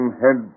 head